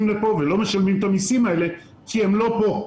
לכאן ולא משלמים את המיסים כי הם לא כאן.